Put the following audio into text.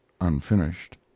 unfinished